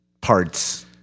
parts